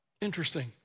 Interesting